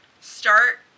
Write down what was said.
start